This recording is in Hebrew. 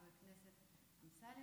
חבר הכנסת אמסלם,